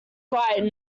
quite